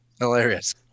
Hilarious